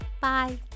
bye